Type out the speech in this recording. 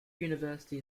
university